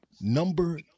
number